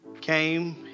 came